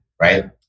right